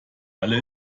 alle